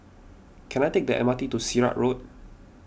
can I take the M R T to Sirat Road